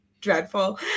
dreadful